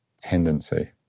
tendency